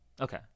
Okay